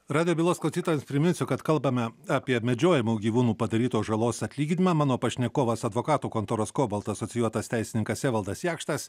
radijo bylos klausytojams priminsiu kad kalbame apie medžiojamų gyvūnų padarytos žalos atlyginimą mano pašnekovas advokatų kontoros kobalt asocijuotas teisininkas evaldas jakštas